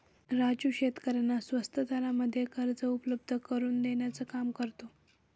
राजू शेतकऱ्यांना स्वस्त दरामध्ये कर्ज उपलब्ध करून देण्याचं काम करतो